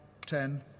ten